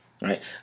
right